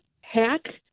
hack